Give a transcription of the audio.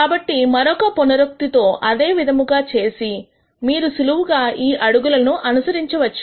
కాబట్టి మరొక పునరుక్తి తో అదే విధముగా చేసి మీరు సులువుగా ఈ అడుగులను అనుసరించవచ్చు